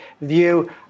view